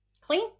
clean